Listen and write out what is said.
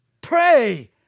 Pray